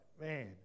man